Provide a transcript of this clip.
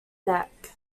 neck